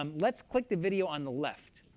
um let's click the video on the left.